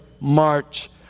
March